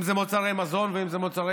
אם זה במוצרי מזון ואם זה במוצרי